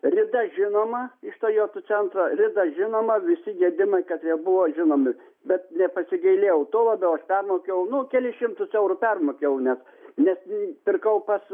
rida žinoma iš toyota centro rida žinoma visi gedimai katrie buvo žinomi bet nepasigailėjau tuo labiau aš permokėjau nu kelis šimtus eurų permokėjau nes nes pirkau pas